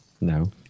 No